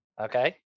Okay